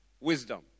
wisdom